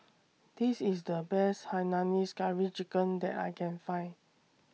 This IS The Best Hainanese Curry Chicken that I Can Find